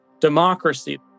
democracy